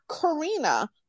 Karina